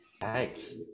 Thanks